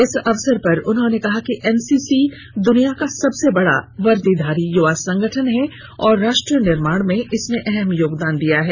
इस अवसर पर उन्होंने कहा कि एनसीसी दुनिया का सबसे बड़ा वर्दीधारी युवा संगठन है और राष्ट्र निर्माण में इसने अहम योगदान दिया है